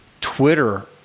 Twitter